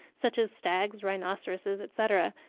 such as stags, rhinoceroses, etc,